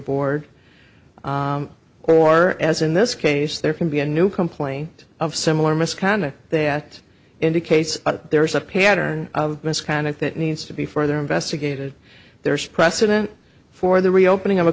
board or as in this case there can be a new complaint of similar misconduct that indicates there is a pattern of misconduct that needs to be further investigated there is precedent for the reopening